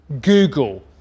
Google